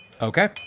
Okay